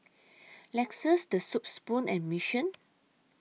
Lexus The Soup Spoon and Mission